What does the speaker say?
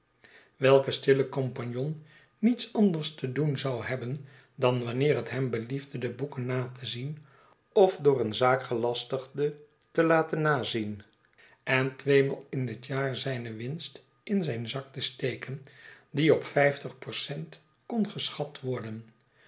welke stille compagnon niets anderstedoen zou hebben dan wanneer het hem beliefde de boeken na te zien of door een zaakgelastigde te laten nazien en tweemaal in het jaar zijne winst in zijn zak te steken die op vijftig percent kon geschat worden